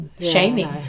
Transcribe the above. shaming